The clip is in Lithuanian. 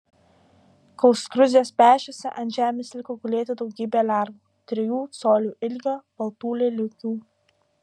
kol skruzdės pešėsi ant žemės liko gulėti daugybė lervų trijų colių ilgio baltų lėliukių